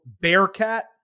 Bearcat